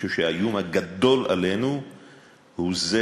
אני חושב שהאיום הגדול עלינו הוא זה,